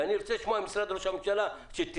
ואני רוצה לשמוע את משרד ראש הממשלה שתיזז